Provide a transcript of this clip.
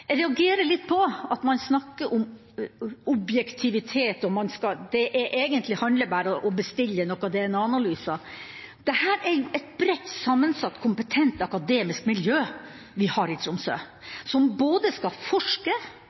Jeg reagerer litt på at man snakker om objektivitet, og at det egentlig bare handler om å bestille noen DNA-analyser. Det er et bredt sammensatt kompetent akademisk miljø vi har i Tromsø, som skal forske,